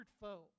foe